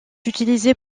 utilisée